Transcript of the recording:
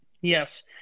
Yes